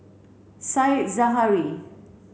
Said Zahari